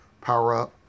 power-up